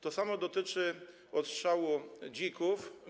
To samo dotyczy odstrzału dzików.